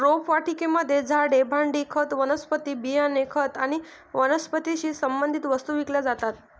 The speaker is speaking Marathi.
रोपवाटिकेमध्ये झाडे, भांडी, खत, वनस्पती बियाणे, खत आणि वनस्पतीशी संबंधित वस्तू विकल्या जातात